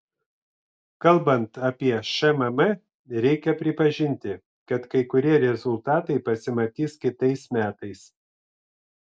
kalbant apie šmm reikia pripažinti kad kai kurie rezultatai pasimatys kitais metais